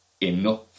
enough